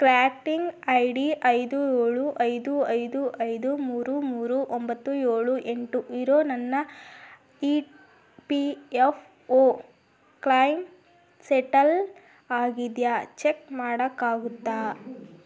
tracking I D ಐದು ಏಳು ಐದು ಐದು ಐದು ಮೂರೂ ಮೂರೂ ಒಂಬತ್ತು ಏಳು ಎಂಟು ಇರೋ ನನ್ನ E P F O claim settle ಆಗಿದೆಯಾ ಚೆಕ್ ಮಾಡೋಕ್ಕಾಗುತ್ತಾ